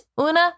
una